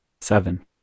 seven